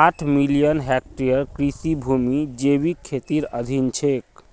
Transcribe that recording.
आठ million hectare कृषि भूमि जैविक खेतीर अधीन छेक